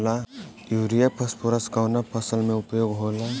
Urea phosphorus कवना फ़सल में उपयोग होला?